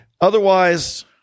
Otherwise